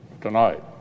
tonight